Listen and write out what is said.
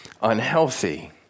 unhealthy